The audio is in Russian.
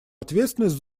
ответственность